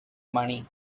money